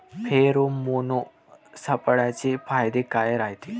Pheromone सापळ्याचे फायदे काय रायते?